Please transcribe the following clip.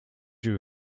you